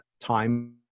time